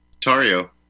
Tario